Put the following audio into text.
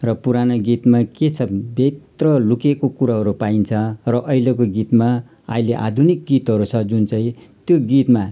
र पुरानो गीतमा के छ भित्र लुकेको कुरोहरू पाइन्छ र अहिलेको गीतमा अहिले आधुनिक गीतहरू छ जुन चाहिँ त्यो गीतमा